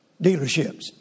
dealerships